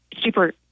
super